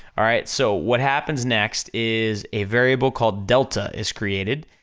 alright? so what happens next is a variable called delta is created,